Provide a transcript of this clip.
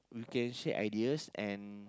we can share ideas and